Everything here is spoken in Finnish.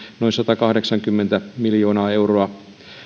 noin satakahdeksankymmentä miljoonaa euroa